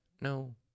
No